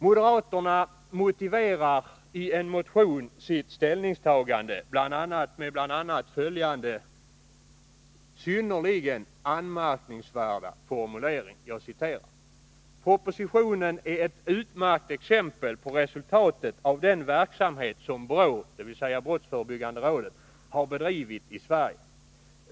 Moderaterna motiverar i en motion sitt ställningstagande med bl.a. följande synnerligen anmärkningsvärda formulering: ”Propositionen är ett utmärkt exempel på resultatet av den verksamhet som BRÅ” — dvs. brottsförebyggande rådet — ”har bedrivit i Sverige.